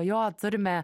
jo turime